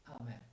Amen